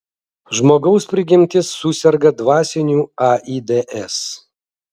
žmogaus prigimtis suserga dvasiniu aids